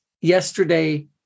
yesterday